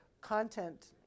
Content